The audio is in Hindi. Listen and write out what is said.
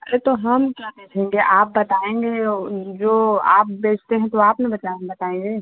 अरे तो हम क्या करेंगे आप बताएँगे जो आप बेचते हैं तो आप ना बता बताएँगे